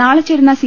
നാളെ ചേരുന്ന സി